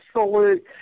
absolute